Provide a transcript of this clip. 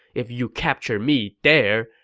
if you capture me there,